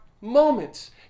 moments